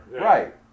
Right